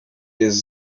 jest